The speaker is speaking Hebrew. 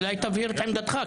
אולי תבהיר את עמדתך,